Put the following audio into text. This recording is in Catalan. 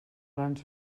plans